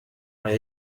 mae